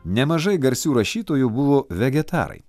nemažai garsių rašytojų buvo vegetarai